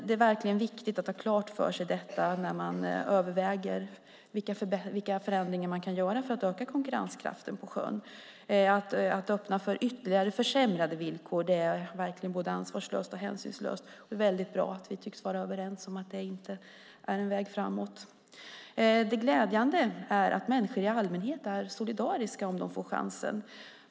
Det är verkligen viktigt att ha detta klart för sig när man överväger vilka förändringar man kan göra för att öka konkurrenskraften på sjön. Att öppna för ytterligare försämrade villkor är verkligen både ansvarslöst och hänsynslöst. Det är bra att vi tycks vara överens om att det inte är en väg framåt. Det glädjande är att människor i allmänhet är solidariska om de får chansen.